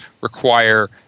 require